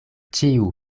ĉiu